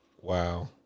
Wow